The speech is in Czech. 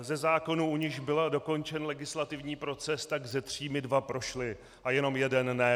Ze zákonů, u nichž byl dokončen legislativní proces, tak ze tří mi dva prošly a jenom jeden ne.